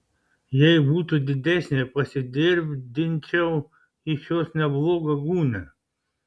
jei būtų didesnė pasidirbdinčiau iš jos neblogą gūnią